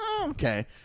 okay